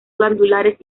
glandulares